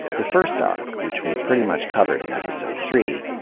the first arc, which we pretty much covered in episode three,